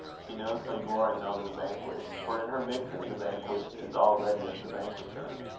she knows no glorying over the vanquished, for in her victory the vanquished is already of the vanquishers.